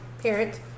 parent